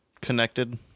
connected